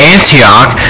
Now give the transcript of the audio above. Antioch